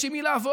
יש עם מי לעבוד.